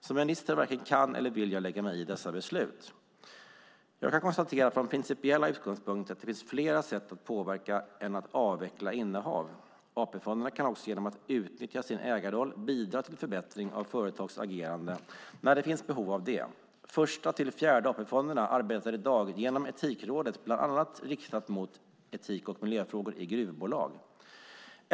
Som minister varken kan eller vill jag lägga mig i dessa beslut. Jag kan från principiella utgångspunkter konstatera att det finns fler sätt att påverka än att avveckla innehav. AP-fonderna kan också genom att utnyttja sin ägarroll bidra till förbättring av företags agerande när det finns behov av det. Första-fjärde AP-fonderna arbetar i dag genom Etikrådet bland annat riktat mot etik och miljöfrågor i gruvbolag.